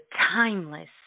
timeless